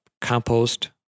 compost